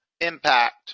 impact